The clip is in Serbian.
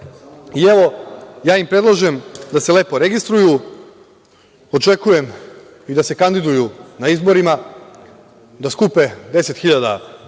tu. Evo, ja im predlažem da se lepo registruju, očekujem i da se kandiduju na izborima, da skupe 10.000 potpisa